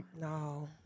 No